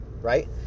right